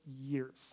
years